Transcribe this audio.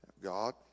God